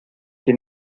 que